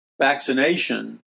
vaccination